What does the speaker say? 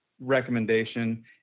recommendation